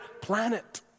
planet